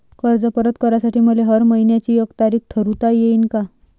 कर्ज परत करासाठी मले हर मइन्याची एक तारीख ठरुता येईन का?